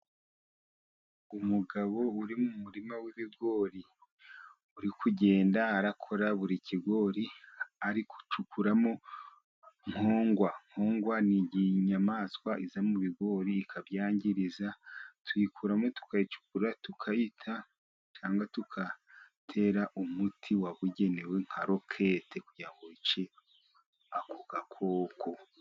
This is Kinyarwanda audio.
Umugabo uri mu murima w'ibigori, uri kugenda arakora buri kigori, ari gucukuramo Nkongwa, Nkongwa ni inyamaswa iza mu bigori, ikabyangiriza tuyikuramo tukayicukura tukayita, cyangwa tugatera umuti wabugenewe nka Rokete, kugira ngo yice ako gakoko.